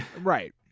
Right